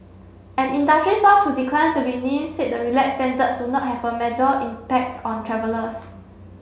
an industry source who declined to be named said the relaxed standards would not have a major impact on travellers